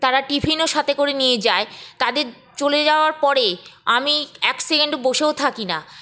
তারা টিফিনও সাথে করে নিয়ে যায় তাদের চলে যাওয়ার পরে আমি এক সেকেন্ডও বসেও থাকি না